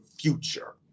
future